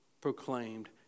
proclaimed